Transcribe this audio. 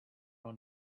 own